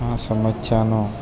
આ સમસ્યાનો